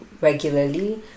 regularly